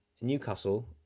newcastle